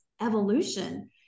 evolution